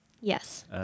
Yes